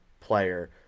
player